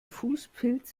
fußpilz